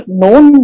known